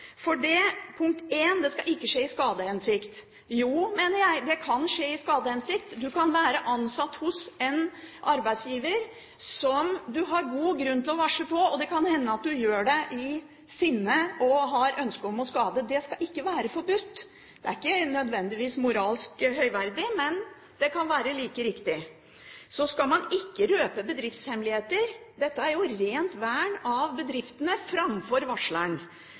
For det første: Det skal «ikke skje i skadehensikt». Jo, mener jeg, det kan skje i skadehensikt. Du kan være ansatt hos en arbeidsgiver som du har god grunn til å varsle på, og det kan hende at du gjør det i sinne og har ønske om å skade. Det skal ikke være forbudt. Det er ikke nødvendigvis moralsk høyverdig, men det kan være like riktig. Så skal man ikke «røpe bedriftshemmeligheter». Dette er jo rent vern av bedriftene framfor av varsleren.